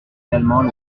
également